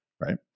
Right